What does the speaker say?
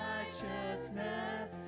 Righteousness